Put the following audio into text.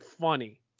funny